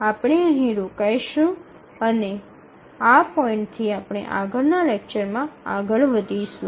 આપણે અહીં રોકાઈ જઈશું અને આ પોઈન્ટથી આપણે આગળનાં લેક્ચરમાં આગળ વધારીશું